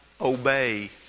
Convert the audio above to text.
obey